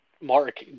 Mark